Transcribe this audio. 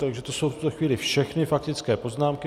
To jsou v tuto chvíli všechny faktické poznámky.